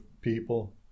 people